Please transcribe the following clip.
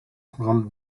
programm